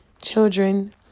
children